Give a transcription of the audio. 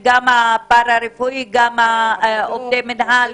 פרארפואי, עובדי מינהל,